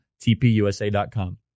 tpusa.com